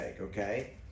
okay